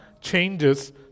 changes